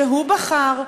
שהוא בחר,